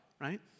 right